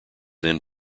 then